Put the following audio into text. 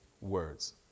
words